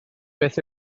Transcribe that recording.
beth